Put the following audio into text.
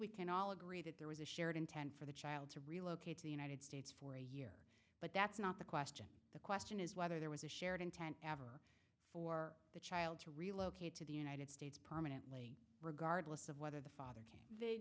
we can all agree that there was a shared intent for the child to relocate to the united states but that's not the question the question is whether there was a shared intent ever for the child to relocate to the united states permanently regardless of whether the father came they